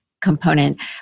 component